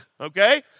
okay